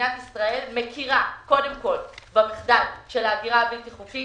שמדינת ישראל מכירה קודם כול במחדל של ההגירה הבלתי חוקית,